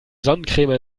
sonnencreme